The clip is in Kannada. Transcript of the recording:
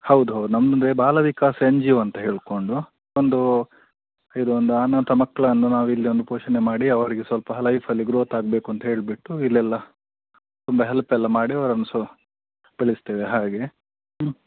ಹೌದೌದು ನಮ್ದು ಬಾಲವಿಕಾಸ್ ಎನ್ ಜಿ ಒ ಅಂತ ಹೇಳ್ಕೊಂಡು ಒಂದು ಇದೊಂದು ಅನಾಥ ಮಕ್ಕಳನ್ನು ನಾವಿಲ್ಲಿ ಒಂದು ಪೋಷಣೆ ಮಾಡಿ ಅವರಿಗೆ ಸ್ವಲ್ಪ ಲೈಫಲ್ಲಿ ಗ್ರೋತ್ ಆಗಬೇಕು ಅಂಥೇಳಿಬಿಟ್ಟು ಇಲ್ಲೆಲ್ಲ ತುಂಬ ಹೆಲ್ಪ್ ಎಲ್ಲ ಮಾಡಿ ಒಂದು ಸೊ ಬೆಳೆಸ್ತೇವೆ ಹಾಗೆ ಹ್ಞೂ